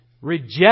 reject